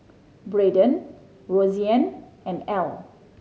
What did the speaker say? Braiden Roseann and Ell